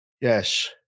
Yes